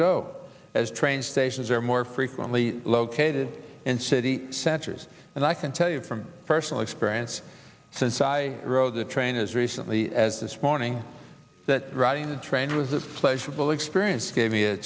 go as train stations are more frequently located in city centers and i can tell you from personal experience since i rode the train as recently as this morning that riding the train was a pleasurable experience gave me a